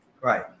right